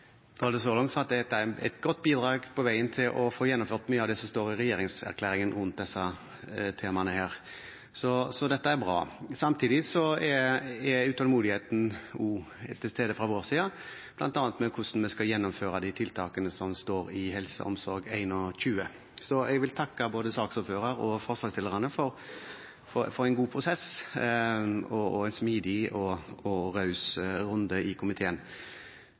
Så langt er dette et godt bidrag på veien til å få gjennomført mye av det som står i regjeringserklæringen om disse temaene. Så dette er bra. Samtidig er utålmodigheten også til stede fra vår side, bl.a. med hensyn til hvordan vi skal gjennomføre de tiltakene som står i HelseOmsorg21. Jeg vil takke både saksordføreren og forslagsstillerne for en god prosess og en smidig og raus runde i komiteen.